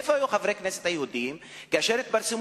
איפה היו חברי הכנסת היהודים כאשר התפרסמו